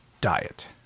diet